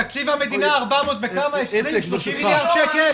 תקציב המדינה 400 וכמה, 420, 430 מיליארד שקל?